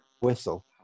whistle